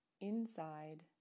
inside